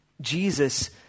Jesus